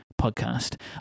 podcast